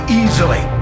easily